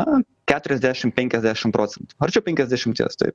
na keturiasdešim penkiasdešim procentų arčiau penkiasdešimties taip